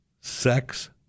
sex